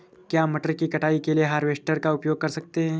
क्या मटर की कटाई के लिए हार्वेस्टर का उपयोग कर सकते हैं?